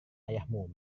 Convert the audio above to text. ayahmu